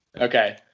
Okay